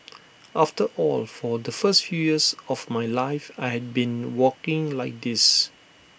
after all for the first few years of my life I had been walking like this